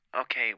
Okay